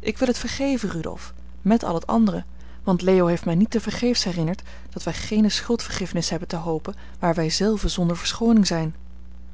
ik wil het vergeven rudolf met al het andere want leo heeft mij niet tevergeefs herinnerd dat wij geene schuldvergiffenis hebben te hopen waar wij zelven zonder verschooning zijn